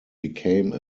became